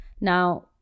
Now